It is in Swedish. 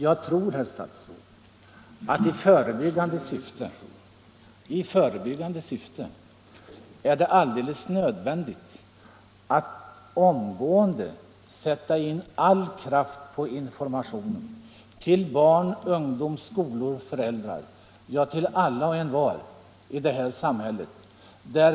Jag tror, herr statsråd, att det i förebyggande syfte är alldeles nödvändigt att omgående sätta in all kraft på informationen till barn, ungdom, skolor, föräldrar —ja, till alla och envar i detta samhälle.